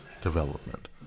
development